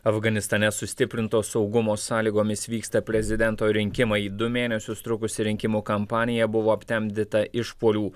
afganistane sustiprinto saugumo sąlygomis vyksta prezidento rinkimai du mėnesius trukusi rinkimų kampanija buvo aptemdyta išpuolių